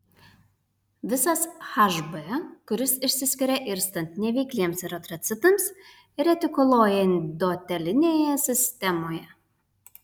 visas hb kuris išsiskiria irstant neveikliems eritrocitams retikuloendotelinėje sistemoje